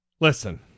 Listen